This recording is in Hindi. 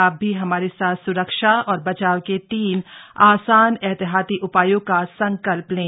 आप भी हमारे साथ सुरक्षा और बचाव के तीन आसान एहतियाती उपायों का संकल्प लें